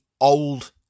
old